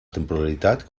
temporalitat